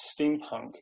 steampunk